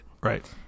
Right